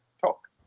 talk